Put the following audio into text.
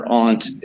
aunt